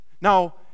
Now